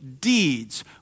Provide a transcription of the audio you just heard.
deeds